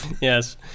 Yes